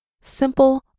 simple